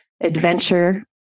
adventure